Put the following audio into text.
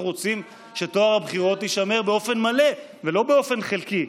אנחנו רוצים שטוהר הבחירות יישמר באופן מלא ולא באופן חלקי.